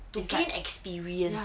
to gain experience